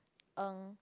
Ng